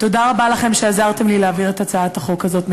תודה רבה לכם מקרב לב שעזרתם לי להעביר את הצעת החוק הזאת.